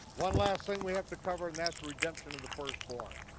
one last thing we have to cover, and that's redemption of the firstborn.